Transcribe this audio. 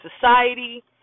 society